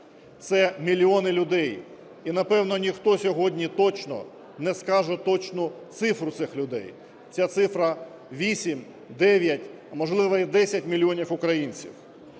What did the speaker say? Це мільйони людей, і, напевно, ніхто сьогодні точно не скаже точну цифру цих людей, ця цифра 8, 9, а, можливо, і 10 мільйонів українців.